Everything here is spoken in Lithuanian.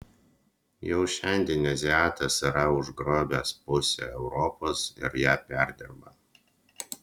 jau šiandien azijatas yra užgrobęs pusę europos ir ją perdirba